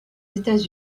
états